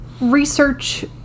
research